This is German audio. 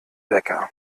wecker